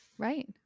Right